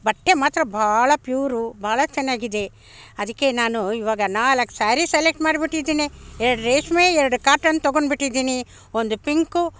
ಬಟ್ಟೆ ಮಾತ್ರ ಭಾಳ ಪ್ಯೂರ್ ಭಾಳ ಚೆನ್ನಾಗಿದೆ ಅದಕ್ಕೆ ನಾನು ಇವಾಗ ನಾಲ್ಕು ಸ್ಯಾರಿ ಸೆಲೆಕ್ಟ್ ಮಾಡ್ಬಿಟ್ಟಿದ್ದೀನಿ ಎರ್ಡು ರೇಷ್ಮೆ ಎರ್ಡು ಕಾಟನ್ ತಗೊಂಡ್ಬಿಟ್ಟಿದ್ದೀನಿ ಒಂದು ಪಿಂಕು